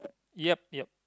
yup yup